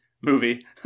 movie